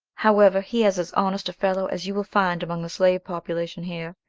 however, he is as honest a fellow as you will find among the slave population here.